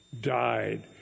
died